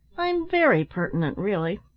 i'm very pertinent, really.